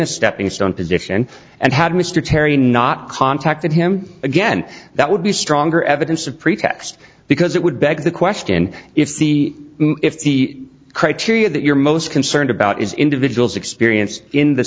a stepping stone position and had mr terry not contacted him again that would be stronger evidence of pretext because it would beg the question if the if the criteria that you're most concerned about is individuals experience in the